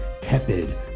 tepid